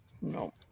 No